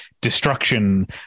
destruction